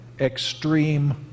Extreme